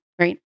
right